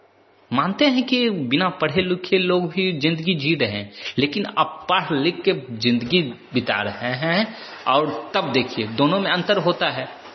मानते हैं कि बिना पढ़े लिखे लोग भी ज़िंदगी जी रहे हैं लेकिन अब पढ़ लिख के ज़िंदगी बिता रहे हैं और तब देखिए दोनों में अंतर होता है